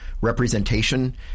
representation